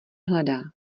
hledá